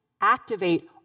activate